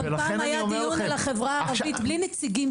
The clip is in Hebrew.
אבל פעם היה דיון על החברה הערבית בלי נציגים